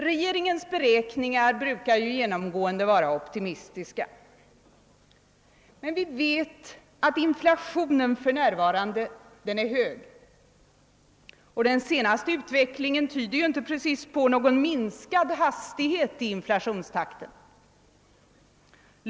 Regeringens beräkningar brukar ju genomgående vara optimistiska. Men vi vet att inflationen för närvarande är hög, och den senaste utvecklingen tyder ju inte precis på någon minskad hastighet i inflationstakten.